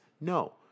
No